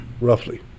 roughly